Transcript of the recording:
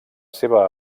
seva